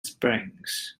springs